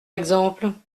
exemple